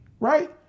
Right